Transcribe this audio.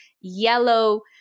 yellow